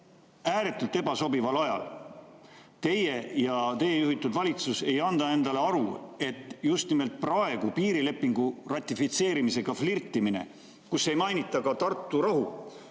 ääretult ebasobival ajal, ei anna teie ja teie juhitud valitsus endale aru, et just nimelt praegu piirilepingu ratifitseerimisega flirtides, kusjuures ei mainita ka Tartu rahu,